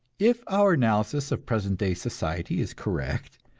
if our analysis of present-day society is correct,